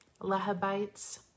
Lehabites